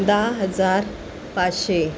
दहा हजार पाचशे